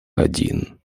один